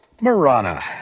Marana